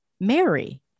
Mary